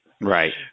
right